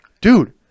Dude